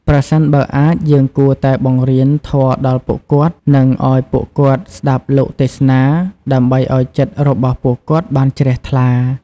ប្រសិនបើអាច យើងគួរតែបង្រៀនធម៌ដល់ពួកគាត់ និងឲ្យពួកគាត់ស្តាប់លោកទេសនា ដើម្បីឲ្យចិត្តរបស់ពួកគាត់បានជ្រះថ្លា។